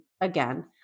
again